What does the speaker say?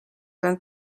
end